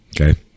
okay